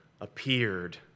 appeared